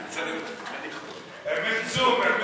זום.